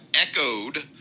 echoed